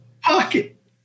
Pocket